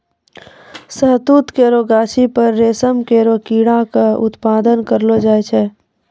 शहतूत केरो गाछी पर रेशम केरो कीट क उत्पादन करलो जाय छै